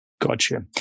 Gotcha